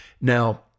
Now